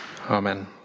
Amen